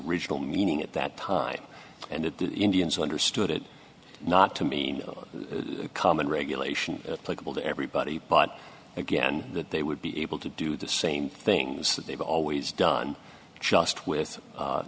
iginal meaning at that time and that the indians understood it not to mean a common regulation pluggable to everybody but again that they would be able to do the same things that they've always done just with